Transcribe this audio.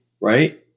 Right